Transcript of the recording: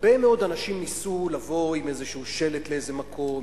הרבה מאוד אנשים ניסו לבוא עם איזה שלט לאיזה מקום,